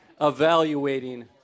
evaluating